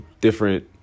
different